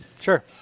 Sure